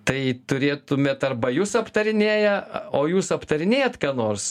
tai turėtumėt arba jus aptarinėja o jūs aptarinėjat ką nors